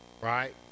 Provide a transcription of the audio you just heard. Right